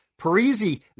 Parisi